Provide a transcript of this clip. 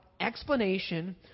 explanation